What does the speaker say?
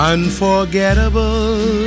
Unforgettable